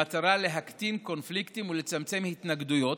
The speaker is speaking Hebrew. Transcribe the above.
במטרה להקטין קונפליקטים ולצמצם התנגדויות.